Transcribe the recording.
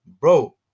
bro